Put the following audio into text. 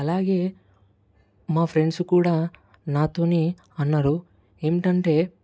అలాగే మా ఫ్రెండ్స్ కూడా నాతో అన్నారు ఏంటంటే